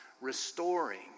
restoring